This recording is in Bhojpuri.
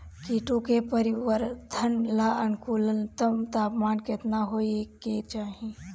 कीटो के परिवरर्धन ला अनुकूलतम तापमान केतना होए के चाही?